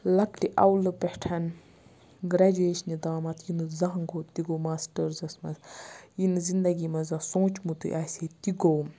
لۄکٹہِ اَولہٕ پٮ۪ٹھ گرٛیجویشنہِ تامَتھ یہِ نہٕ زانٛہہ گوٚو تہِ گوٚو ماسٹٲرزَس منٛز یہِ نہٕ زندگی منٛز زانٛہہ سوٗنچمُتٕے آسہِ ہے تہِ گوٚو